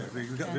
כן.